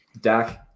Dak